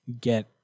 get